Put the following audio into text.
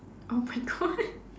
oh my god